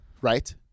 Right